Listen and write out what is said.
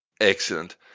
excellent